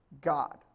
God